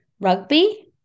rugby